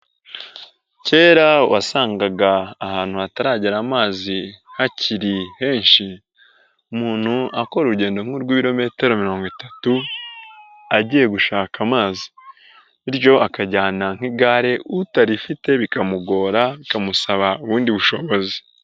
Kera wasangaga ahantu hataragera amazi hakiri henshi. Umuntu akora urugendo nk'uw'ibirometero mirongo itatu, agiye gushaka amazi, bityo akajyana nk'igare utarifite bikamugora, bikamusaba ubundi bushobozi.